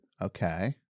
Okay